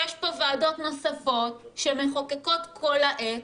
יש פה ועדות נוספות שמחוקקות כל העת,